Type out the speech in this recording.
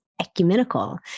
ecumenical